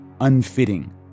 unfitting